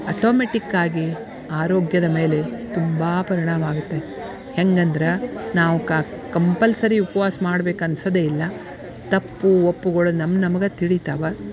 automatic ಆಗಿ ಆರೋಗ್ಯದ ಮೇಲೆ ತುಂಬ ಪರಿಣಾಮ ಆಗುತ್ತೆ ಹೆಂಗಂದ್ರೆ ನಾವು ಕಂಪಲ್ಸರಿ ಉಪ್ವಾಸ ಮಾಡ್ಬೇಕು ಅನ್ಸೋದೇ ಇಲ್ಲ ತಪ್ಪು ಒಪ್ಪುಗಳು ನಮ್ಮ ನಮ್ಗೇ ತಿಳಿತಾವೆ